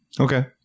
Okay